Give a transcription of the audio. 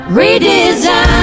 redesign